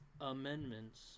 amendments